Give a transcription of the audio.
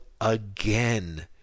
again